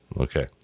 Okay